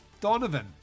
Donovan